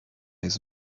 his